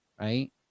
right